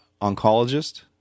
oncologist